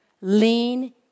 Lean